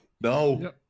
No